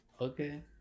Okay